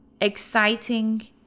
exciting